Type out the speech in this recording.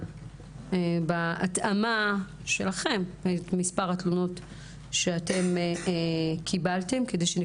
בעולם טכנולוגי מפותח ותמיד יש עוד ועוד ועוד מכשירים